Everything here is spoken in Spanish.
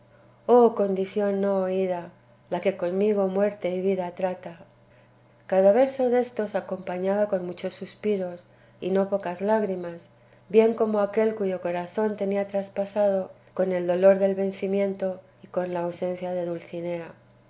oh condición no oída la que conmigo muerte y vida trata cada verso déstos acompañaba con muchos suspiros y no pocas lágrimas bien como aquél cuyo corazón tenía traspasado con el dolor del vencimiento y con la ausencia de dulcinea